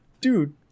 dude